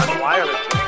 wireless